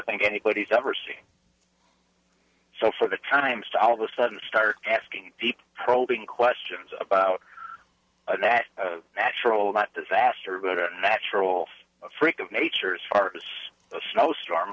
think anybody's ever seen so for the times to all of a sudden start asking deep probing questions about that natural not disaster but a natural freak of nature as far as a snowstorm